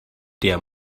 der